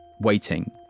waiting